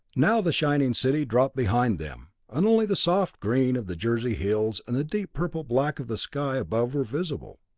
now the shining city dropped behind them, and only the soft green of the jersey hills, and the deep purple-black of the sky above were visible.